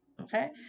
okay